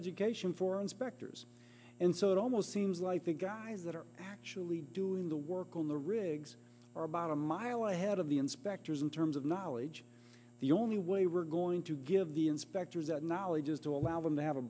education for inspectors and so it almost seems like the guys that are actually doing the work on the rigs are about a mile ahead of the inspectors in terms of knowledge the only way we're going to give the inspectors that knowledge is to allow them to have a